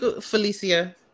Felicia